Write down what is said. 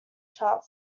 chart